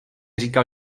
říkal